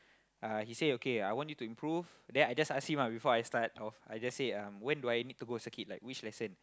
uh he say okay I want you to improve then I just ask him ah before I start off I just say um when do I need to go circuit like which lesson